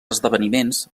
esdeveniments